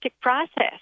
process